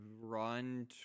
run